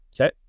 Okay